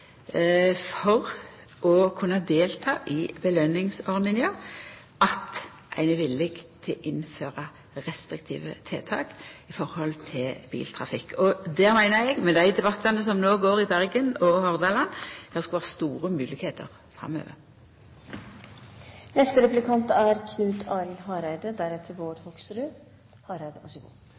for å kunna delta i belønningsordninga at ein er villig til å innføra restriktive tiltak overfor biltrafikk. Eg meiner at med dei debattane som går i Bergen og Hordaland, skulle det vera store moglegheiter framover. Eg merker meg det statsråden seier om at ho ønskjer ein god